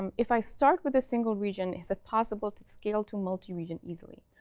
and if i start with a single region, is it possible to scale to multi-region easily?